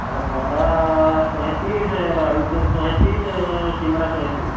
ତାହାଲେ ବରା ଶହେ ପିସ ଆଳୁଚପ ଶହେ ପିସ ସିଙ୍ଗଡ଼ା ଶହେ ପିସ